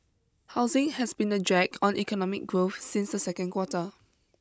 housing has been a drag on economic growth since the second quarter